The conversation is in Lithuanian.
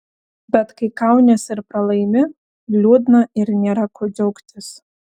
bet kai kaunies ir pralaimi liūdna ir nėra kuo džiaugtis